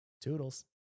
Toodles